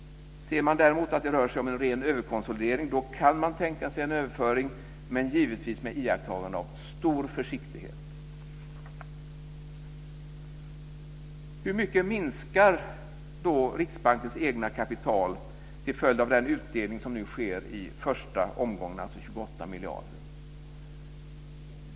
Ser man däremot att det rör sig om en ren överkonsolidering kan man tänka sig en överföring, men givetvis med iakttagande av stor försiktighet. Hur mycket minskar Riksbankens eget kapital till följd av den utdelning som nu sker i första omgången, alltså 28 miljarder?